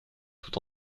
tout